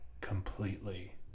completely